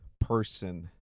person